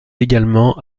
également